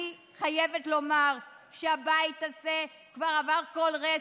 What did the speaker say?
אני חייבת לומר שהבית הזה כבר הסיר כל רסן,